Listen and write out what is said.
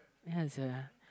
ya uh